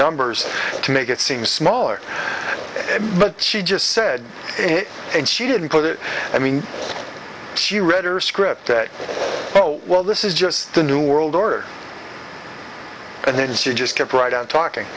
numbers to make it seem smaller but she just said it and she didn't put it i mean she read or script oh well this is just a new world order and then she just kept right on talking